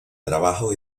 trabajo